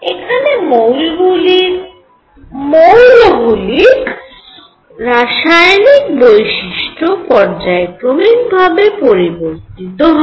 এখানে মৌলগুলির রাসায়নিক বৈশিষ্ট্য পর্যায়ক্রমিকভাবে পরিবর্তিত হয়